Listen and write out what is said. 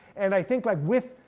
and i think like with,